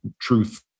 truth